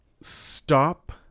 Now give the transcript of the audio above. Stop